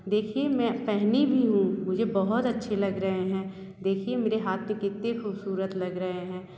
देखिए मैं पहनी भी हूँ मुझे बहुत अच्छे लग रहे हैं देखिए मेरे हाथ में कितने खूबसूरत लग रहे हैं